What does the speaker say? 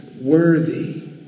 worthy